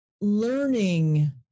learning